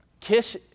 Kish